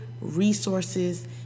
resources